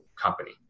company